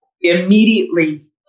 Immediately